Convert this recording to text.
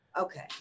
Okay